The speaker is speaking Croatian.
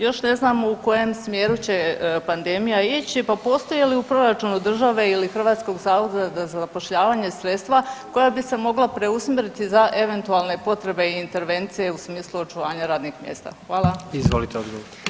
Još ne znamo u kojem smjeru će pandemija ići, pa postoji li u proračunu države ili Hrvatskog zavoda za zapošljavanje sredstva koja bi se mogla preusmjeriti za eventualne potrebe i intervencije u smislu očuvanja radnih mjesta?